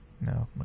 No